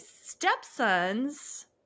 stepson's